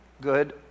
good